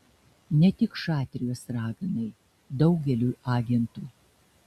ne tik šatrijos raganai daugeliui agentų